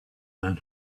man